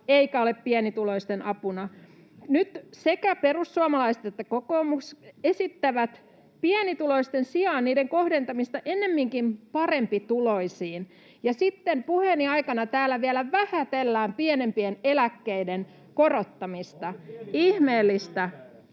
eivätkä ole pienituloisten apuna. Nyt sekä perussuomalaiset että kokoomus esittävät pienituloisten sijaan toimien kohdentamista ennemminkin parempituloisiin, ja sitten puheeni aikana täällä vielä vähätellään pienempien eläkkeiden korottamista [Välihuutoja